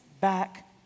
back